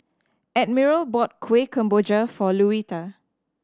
Admiral bought Kuih Kemboja for Louetta